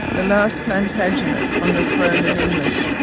the last plantagenet on the throne of england,